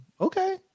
Okay